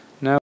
now